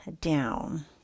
Down